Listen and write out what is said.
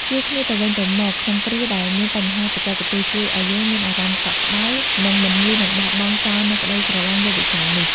ជួយគ្នាទៅវិញទៅមកក្នុងគ្រាដែលមានបញ្ហាបច្ចេកទេសជួយឱ្យយើងមានអារម្មណ៍កក់ក្តៅ និង មិនងាយនឹងបោះបង់ចោលនូវក្តីស្រឡាញ់លើវិស័យនេះ។